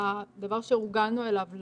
לדבר שהורגלנו אליו,